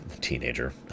teenager